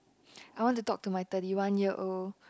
I want to talk to my thirty one year old